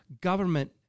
government